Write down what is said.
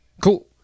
Cool